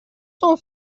són